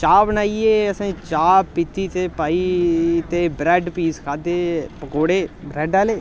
चाह् बनाइयै असें चाह् पीती ते भाई भी ते ब्रैड्ड पीस खाद्धे पकौड़े ब्रैड्ड आह्ले